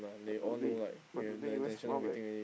but do they but do they even smile back